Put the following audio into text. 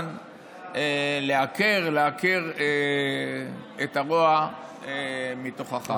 כמובן לעקר את הרוע מתוכך.